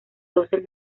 dosel